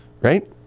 right